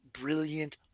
brilliant